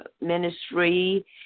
ministry